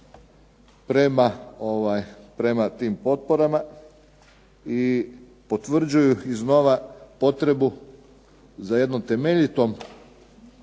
prema tim potporama. I potvrđuju iznova potrebu za jednom temeljitom,